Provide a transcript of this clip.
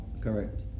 correct